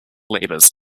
labors